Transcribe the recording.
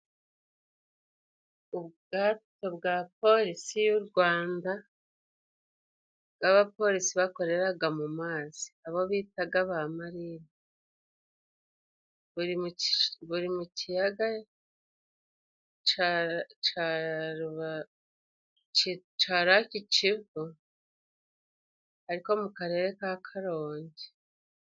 Ubwato bwa polisi y'u Rwanda, bw'abapolisi bakoreraga mu mazi abo bitaga ba marine, buri mu kiyaga ca caba ca rake kivu ariko mu karere ka Karongi.